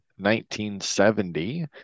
1970